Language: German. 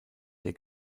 der